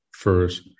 first